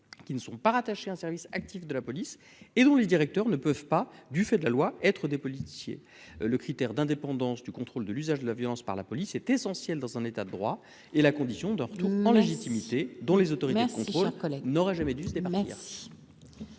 qui ne sont pas rattachés au service actif de la police et dont les directeurs ne peuvent pas du fait de la loi, être des policiers le critère d'indépendance du contrôle de l'usage de la violence par la police est essentiel dans un état de droit et la condition de tout en légitimité dont les autorités qui contrôlent collègue n'aurait jamais dû se démarque.